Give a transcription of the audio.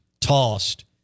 tossed